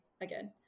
again